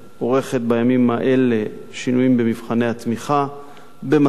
עורכת בימים האלה שינויים במבחני התמיכה במטרה